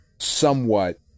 somewhat